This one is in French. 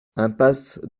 impasse